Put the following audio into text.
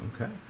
Okay